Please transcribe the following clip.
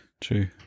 true